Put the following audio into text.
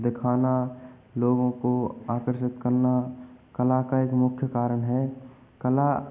दिखाना लोगों को आकर्षित करना कला का एक मुख्य कारण है कला